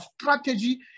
strategy